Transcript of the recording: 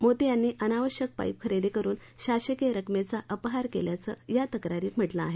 मोते यांनी अनावश्यक पाईप खरेदी करून शासकीय रकमेचा अपहार केल्याचं या तक्रारीत म्हटलं आहे